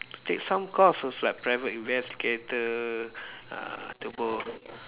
take some courses like private events cater uh